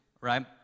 right